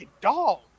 dog